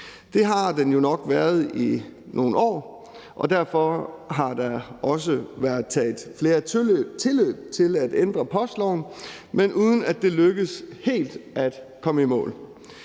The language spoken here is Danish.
Det har den jo nok været i nogle år, og derfor har der også været taget flere tilløb til at ændre postloven, men uden at det er lykkedes helt at komme i mål.